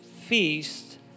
feast